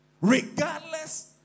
Regardless